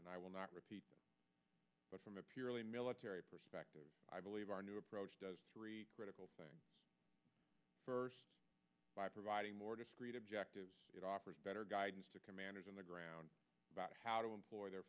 and i will not repeat but from a purely military perspective i believe our new approach does three critical things first by providing more discreet objectives it offers better guidance to commanders on the ground about how to employ their